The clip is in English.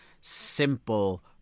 simple